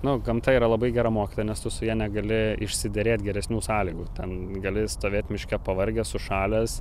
nu gamta yra labai gera mokytoja nes tu su ja negali išsiderėt geresnių sąlygų ten gali stovėt miške pavargęs sušalęs